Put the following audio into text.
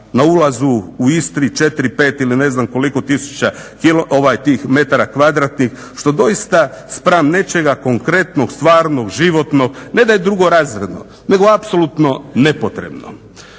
na ulazu u Istri 4-5 ili ne znam koliko tisuća metara kvadratnih što doista spram nečega konkretnog, stvarnog životnog ne da je drugorazredno nego apsolutno nepotrebno.